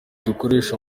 dukoresha